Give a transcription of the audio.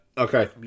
Okay